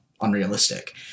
unrealistic